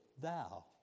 thou